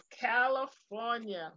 california